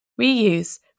reuse